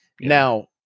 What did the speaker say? Now